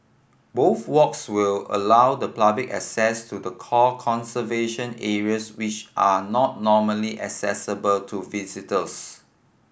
both walks will allow the public access to the core conservation areas which are not normally accessible to visitors